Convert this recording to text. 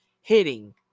hitting